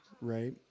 right